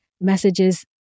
messages